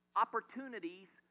opportunities